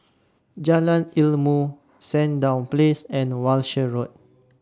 Jalan Ilmu Sandown Place and Walshe Road